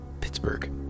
Pittsburgh